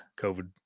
covid